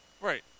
Right